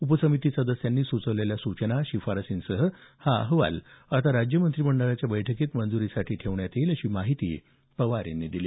उपसमिती सदस्यांनी सुचवलेल्या सूचना शिफारशींसह हा अहवाल आता राज्य मंत्रिमंडळाच्या बैठकीत मंजुरीसाठी ठेवण्यात येईल अशी माहिती पवार यांनी दिली